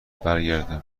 برگردم